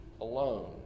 alone